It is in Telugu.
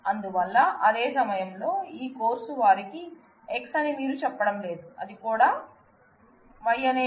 అందువల్ల అదే సమయంలో ఈ కోర్సు వారికి X అని మీరు చెప్పడం లేదు ఇది కూడా Y అనే పేరు